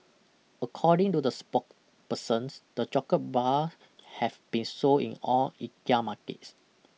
according to the sporkpersons the chocolate bar have been sold in all Ikea markets